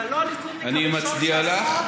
אתה לא הליכודניק הראשון, אני מצדיע לך.